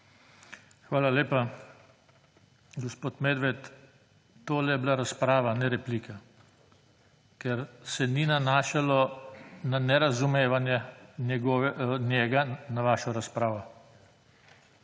Hvala lepa. Gospod Medved, tole je bila razprava, ne replika, ker se ni nanašalo na njegovo nerazumevanje vaše razprave.